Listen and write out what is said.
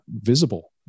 visible